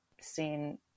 seen